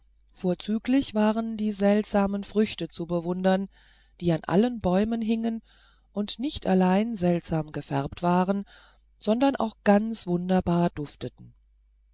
vorzüglich waren aber die seltsamen früchte zu bewundern die an allen bäumen hingen und nicht allein seltsam gefärbt waren sondern auch ganz wunderbar dufteten